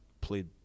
played